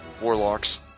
warlocks